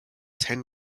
ten